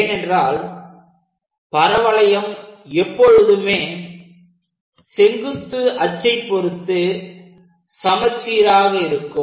ஏனென்றால் பரவளையம் எப்பொழுதுமே செங்குத்து அச்சை பொறுத்து சமச்சீராக இருக்கும்